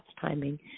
Timing